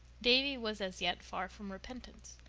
davy was as yet far from repentance,